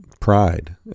pride